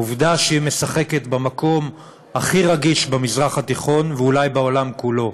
העובדה שהיא משחקת במקום הכי רגיש במזרח התיכון ואולי בעולם כולו,